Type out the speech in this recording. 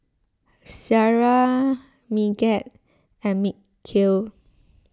Syirah Megat and Mikhail